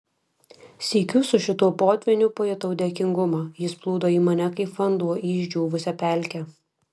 sykiu su šituo potvyniu pajutau dėkingumą jis plūdo į mane kaip vanduo į išdžiūvusią pelkę